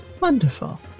Wonderful